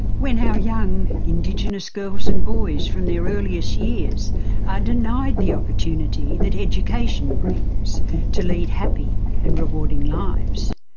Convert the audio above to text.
when our young indigenous girls and boys from their earliest years are denied the opportunity that education brings to lead happy and rewarding lives.